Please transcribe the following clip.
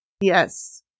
yes